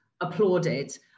applauded